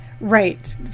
right